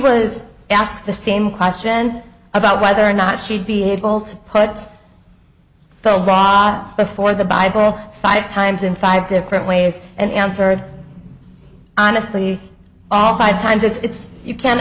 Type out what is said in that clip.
was asked the same question about whether or not she'd be able to put those brought before the bible five times in five different ways and answered honestly all five times it's you can